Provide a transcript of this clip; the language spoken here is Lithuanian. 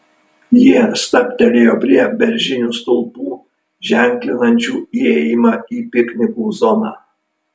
jie stabtelėjo prie beržinių stulpų ženklinančių įėjimą į piknikų zoną